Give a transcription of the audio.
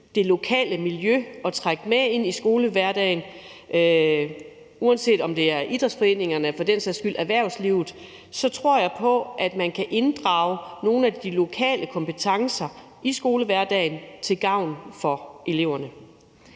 det lokale miljø og trække det med ind i skolehverdagen, uanset om det er idrætsforeningerne eller for den sags skyld erhvervslivet. Jeg tror på, at man kan inddrage nogle af de lokale kompetencer i skolehverdagen til gavn for eleverne.